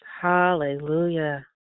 Hallelujah